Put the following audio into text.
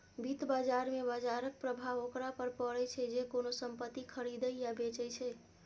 वित्त बाजार मे बाजरक प्रभाव ओकरा पर पड़ै छै, जे कोनो संपत्ति खरीदै या बेचै छै